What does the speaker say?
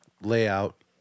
layout